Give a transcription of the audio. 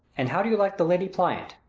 and how do you like the lady pliant?